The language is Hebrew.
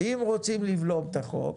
אם רוצים לבלום את החוק,